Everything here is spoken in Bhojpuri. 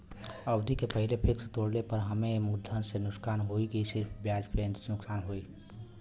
अवधि के पहिले फिक्स तोड़ले पर हम्मे मुलधन से नुकसान होयी की सिर्फ ब्याज से नुकसान होयी?